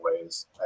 ways